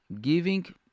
giving